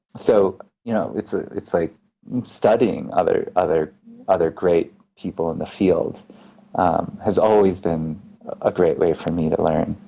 so you know it's ah it's like studying other other great people in the field has always been a great way for me to learn.